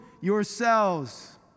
yourselves